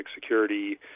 security